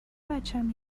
بچم